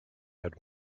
had